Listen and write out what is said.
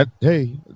Hey